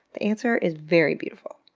the answer is very beautiful.